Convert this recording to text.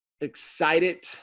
excited